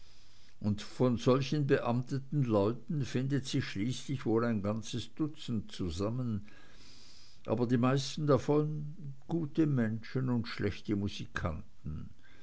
und von solchen beamteten leuten findet sich schließlich wohl ein ganzes dutzend zusammen aber die meisten davon gute menschen und schlechte musikanten